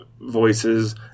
voices